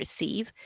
receive